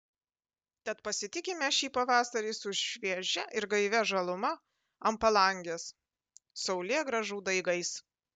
tad pasitikime šį pavasarį su šviežia ir gaivia žaluma ant palangės saulėgrąžų daigais